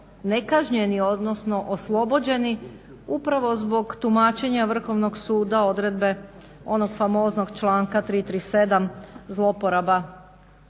nekažnjeni odnosno oslobođeni upravo zbog tumačenja Vrhovnog suda, odredbe onog famoznog članka 337. zloporaba